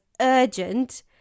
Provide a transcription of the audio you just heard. urgent